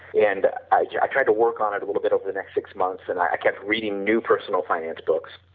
and i yeah i tried to work on it a little bit of the next six months, and i reading new personal finance books,